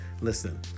Listen